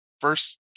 first